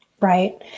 Right